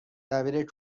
دبیر